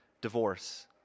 divorce